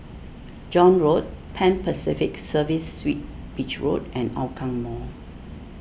John Road Pan Pacific Serviced Suites Beach Road and Hougang Mall